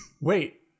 wait